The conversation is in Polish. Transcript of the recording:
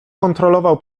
kontrolował